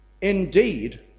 indeed